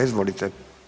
Izvolite.